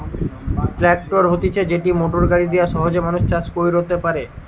tractor হতিছে যেটি motor গাড়ি দিয়া সহজে মানুষ চাষ কইরতে পারে